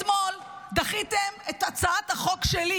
אתמול דחיתם את הצעת החוק שלי